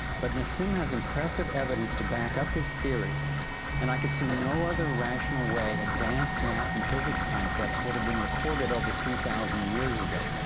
but nassim is impressive evidence to back up his theories and i could see no other rational way, advanced math and physics concepts, would have been recorded over three thousand years ago.